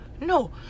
No